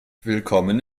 willkommen